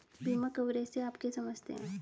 बीमा कवरेज से आप क्या समझते हैं?